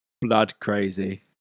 blood-crazy